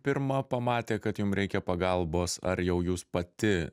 pirma pamatė kad jum reikia pagalbos ar jau jūs pati